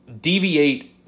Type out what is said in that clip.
deviate